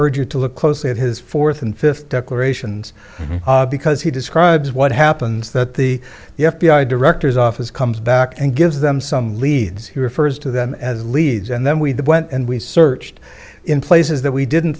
urge you to look closely at his fourth and fifth declarations because he describes what happens that the the f b i director's office comes back and gives them some leads he refers to them as leads and then we went and we searched in places that we didn't